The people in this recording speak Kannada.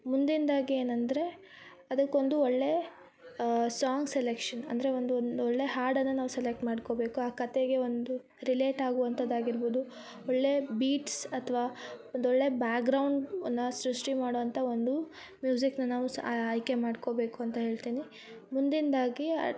ಮುಂದಿಂದಾಗಿ ಏನೆಂದರೆ ಅದಕ್ಕೊಂದು ಒಳ್ಳೆಯ ಸಾಂಗ್ ಸೆಲೆಕ್ಷನ್ ಅಂದರೆ ಒಂದು ಒಂದೊಳ್ಳೆ ಹಾಡನ್ನು ನಾವು ಸೆಲೆಕ್ಟ್ ಮಾಡ್ಕೊಳ್ಬೇಕು ಆ ಕತೆಗೆ ಒಂದು ರಿಲೇಟ್ ಆಗುವಂಥದ್ದಾಗಿರ್ಬೋದು ಒಳ್ಳೆಯ ಬೀಟ್ಸ್ ಅಥವಾ ಒಂದೊಳ್ಳೆ ಬ್ಯಾಗ್ರೌಂಡ್ನ ಸೃಷ್ಟಿ ಮಾಡುವಂಥ ಒಂದು ಮ್ಯೂಸಿಕ್ನ ನಾವು ಸ್ ಆಯ್ಕೆ ಮಾಡ್ಕೊಳ್ಬೇಕು ಅಂತ ಹೇ ಳ್ತೀನಿ ಮುಂದಿಂದಾಗಿ